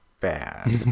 bad